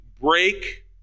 break